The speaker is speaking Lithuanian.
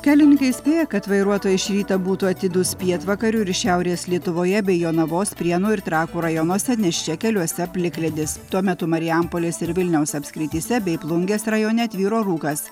kelininkai įspėja kad vairuotojai iš ryto būtų atidūs pietvakarių ir šiaurės lietuvoje bei jonavos prienų ir trakų rajonuose nes čia keliuose plikledis tuo metu marijampolės ir vilniaus apskrityse bei plungės rajone tvyro rūkas